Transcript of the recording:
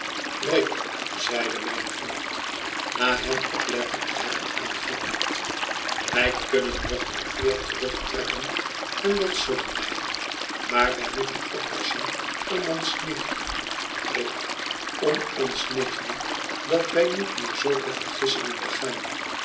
rick zeide mijn voogd na hem oplettend te hebben aangehoord wij kunnen nog met eer terugtrekken en dat zullen wij maar wij moeten oppassen om ons nichtje rick om ons nichtje dat wij niet meer zulke vergissingen begaan